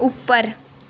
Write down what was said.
ਉੱਪਰ